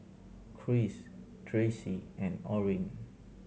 Kris Tracee and Orin